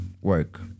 work